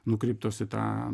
nukreiptos į tą